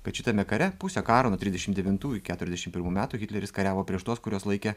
kad šitame kare pusę karo nuo trisdešim devintų iki keturiasdešim pirmų metų hitleris kariavo prieš tuos kuriuos laikė